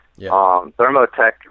Thermotech